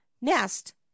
nest